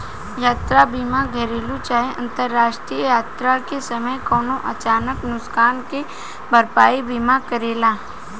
यात्रा बीमा घरेलु चाहे अंतरराष्ट्रीय यात्रा के समय कवनो अचानक नुकसान के भरपाई बीमा करेला